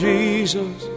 Jesus